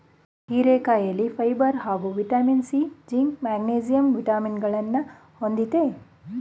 ಹೀರೆಕಾಯಿಲಿ ಫೈಬರ್ ಹಾಗೂ vitamin C, zinc, magnesium ವಿಟಮಿನಗಳನ್ನ ಹೊಂದಯ್ತೆ